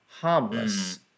harmless